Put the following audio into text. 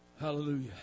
Hallelujah